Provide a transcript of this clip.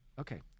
Okay